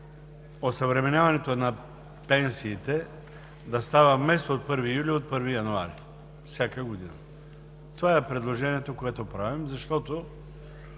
осъвременяването на пенсиите вместо от 1 юли да става от 1 януари всяка година. Това е предложението, което правим, защото